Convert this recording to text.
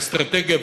האסטרטגיה,